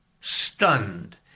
stunned